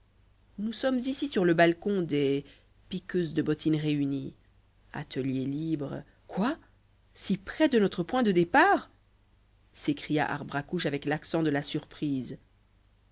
nous sommes ici sur le balcon des piqueuses de bottines réunies atelier libre quoi si près de notre point de départ s'écria arbre à couche avec l'accent de la surprise